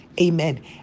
Amen